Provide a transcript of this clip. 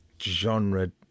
genre